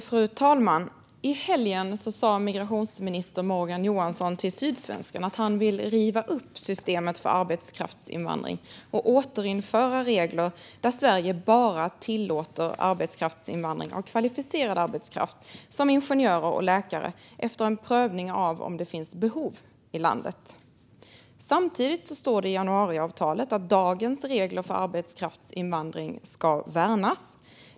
Fru talman! I helgen sa migrationsminister Morgan Johansson till Sydsvenskan att han vill riva upp systemet med arbetskraftsinvandring och återinföra regler där Sverige bara tillåter arbetskraftsinvandring av kvalificerad arbetskraft, som ingenjörer och läkare, efter en prövning av om det finns behov i landet. Samtidigt står det i januariavtalet att dagens regler för arbetskraftsinvandring ska värnas.